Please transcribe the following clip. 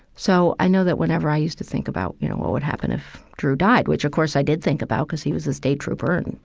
so i know that whenever i used to think about, you know, what would happen if drew died, which of course i did think about because he was a state trooper and,